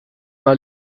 mal